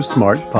Smart